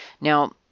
Now